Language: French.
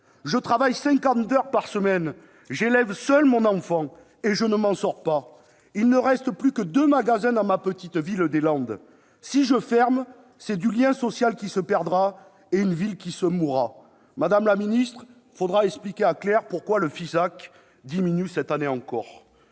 Je travaille 50 heures par semaine, j'élève seule mon enfant et je ne m'en sors pas. Il ne reste plus que deux magasins dans ma petite ville des Landes. Si je ferme, c'est du lien social qui se perdra et une ville qui se mourra. » Madame la secrétaire d'État, il faudra expliquer à Claire pourquoi le Fonds d'intervention pour